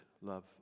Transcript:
love